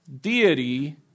deity